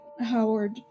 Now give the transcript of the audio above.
Howard